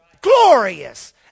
glorious